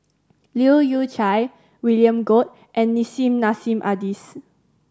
Leu Yew Chye William Goode and Nissim Nassim Adis